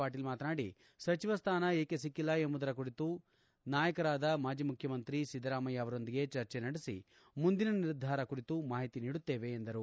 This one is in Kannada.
ಪಾಟೀಲ್ ಮಾತನಾಡಿ ಸಚಿವ ಸ್ವಾನ ಏಕೆ ಸಿಕ್ಕೆಲ್ಲ ಎಂಬುದರ ಕುರಿತು ಮಾಜಿ ಮುಖ್ಯಮಂತ್ರಿ ಸಿದ್ದರಾಮಯ್ಯ ಅವರೊಂದಿಗೆ ಚರ್ಚೆ ನಡೆಸಿ ಮುಂದಿನ ನಿರ್ಧಾರ ಕುರಿತು ಮಾಹಿತಿ ನೀಡುತ್ತೇನೆ ಎಂದು ತಿಳಿಸಿದ್ದಾರೆ